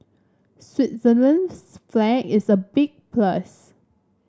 Switzerland's flag is a big plus